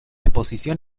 exposición